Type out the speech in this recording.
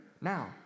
now